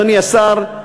אדוני השר,